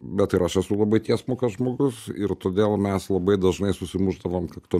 bet ir aš esu labai tiesmukas žmogus ir todėl mes labai dažnai susimušdavom kaktom